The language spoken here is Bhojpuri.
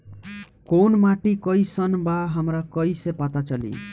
कोउन माटी कई सन बा हमरा कई से पता चली?